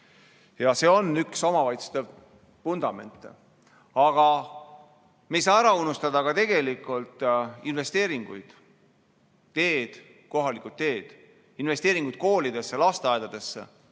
See on üks omavalitsuste vundamente. Aga me ei saa ära unustada investeeringuid: teed, kohalikud teed, investeeringud koolidesse, lasteaedadesse.